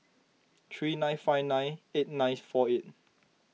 three nine five nine eight ninth four eight